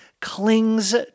clings